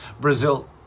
Brazil